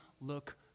look